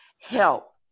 help